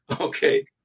Okay